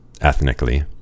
ethnically